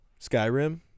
Skyrim